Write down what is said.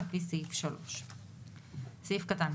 אנחנו בעמוד 15, בסעיף 2ג. סעיף (א)